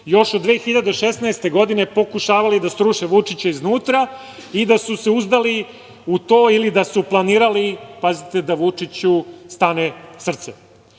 još od 2016. godine pokušavali da sruše Vučića iznutra i da su se uzdali u to ili da su planirali, pazite, da Vučiću stane srce. Plan